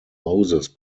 moses